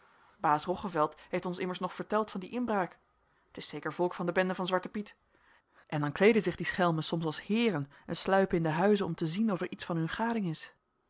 baas roggeveld heeft ons immers nog verteld van die inbraak t is zeker volk van de bende van zwarten piet en dan kleeden zich die schelmen soms als heeren en sluipen in de huizen om te zien of er iets van hun gading is